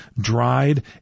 dried